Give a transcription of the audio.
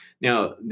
Now